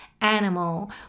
animal